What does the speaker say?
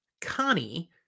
Connie